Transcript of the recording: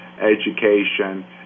education